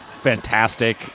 fantastic